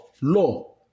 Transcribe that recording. law